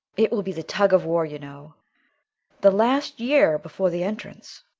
it will be the tug of war, you know the last year before the entrance.